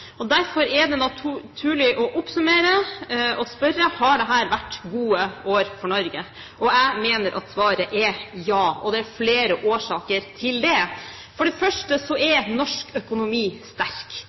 landet. Derfor er det naturlig å oppsummere og spørre: Har dette vært gode år for Norge? Jeg mener at svaret er ja, og det er flere årsaker til det. For det første